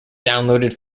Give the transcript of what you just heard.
downloaded